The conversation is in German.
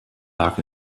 lag